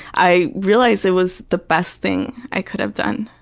i realized it was the best thing i could have done.